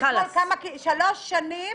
שלוש שנים